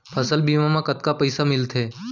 फसल बीमा म कतका पइसा मिलथे?